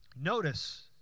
Notice